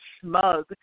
smug